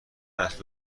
است